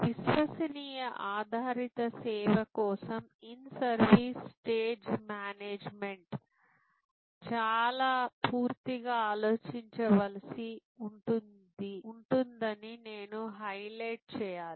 విశ్వసనీయ ఆధారిత సేవ కోసం ఇన్ సర్వీస్ స్టేజ్ మేనేజ్మెంట్ చాలా పూర్తిగా ఆలోచించవలసి ఉంటుందని నేను హైలైట్ చేయాలి